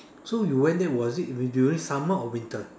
so you went there was it during summer or winter